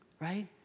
right